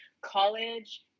college